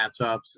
matchups